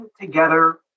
together